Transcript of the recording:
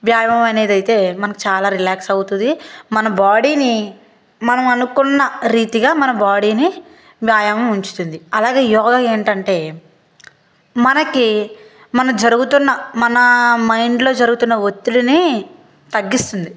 వ్యాయామం అనేది అయితే మనకు చాలా రిలాక్స్ అవుతుంది మన బాడీని మనం అనుకున్న రీతిగా మన బాడీని వ్యాయామం ఉంచుతుంది అలాగే యోగా ఏంటంటే మనకి మన జరుగుతున్న మన మైండ్లో జరుగుతున్న ఒత్తిడిని తగ్గిస్తుంది